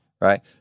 right